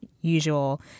usual